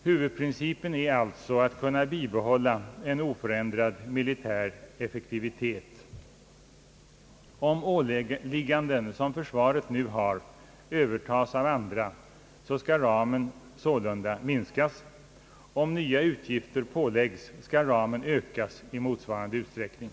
Huvudprincipen är alltså att kunna bibehålla en oförändrad militär effektivitet. Om åligganden som försvaret nu har övertas av andra, skall ramen sålunda minskas, om nya uppgifter påläggs, skall ramen ökas i motsvarande utsträckning.